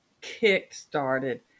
kick-started